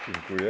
Dziękuję.